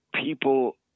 people